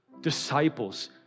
disciples